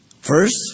First